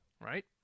right